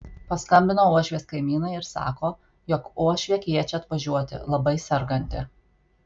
paskambino uošvės kaimynai ir sako jog uošvė kviečia atvažiuoti labai serganti